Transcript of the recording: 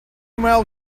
male